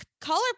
color